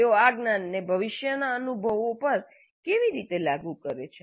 તેઓ આ જ્ઞાનને ભવિષ્યના અનુભવો પર કેવી રીતે લાગુ કરે છે